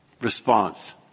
Response